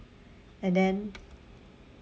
and then